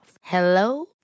Hello